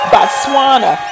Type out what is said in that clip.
Botswana